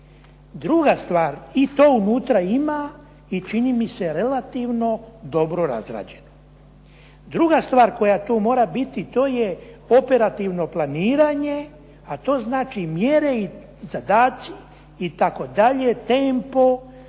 Druga stvar i to unutra ima i čini mi se relativno dobro razrađeno. Druga stvar koja tu mora biti to je operativno planiranje, a to znači mjere i zadaci itd. tempo